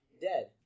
Dead